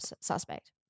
suspect